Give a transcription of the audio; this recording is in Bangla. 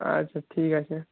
আচ্ছা ঠিক আছে